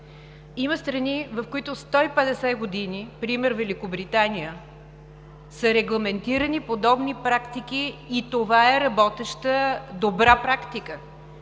има страни, в които 150 години, например във Великобритания, са регламентирани подобни практики и това е работеща добра практика.